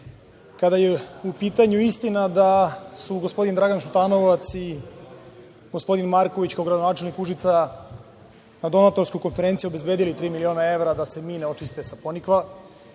kada je u pitanju istina da su gospodin Dragan Šutanovac i gospodin Marković kao gradonačelnik Užica na donatorskoj konferenciji obezbedili tri miliona evra da se mine očiste sa Ponikva